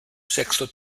sexto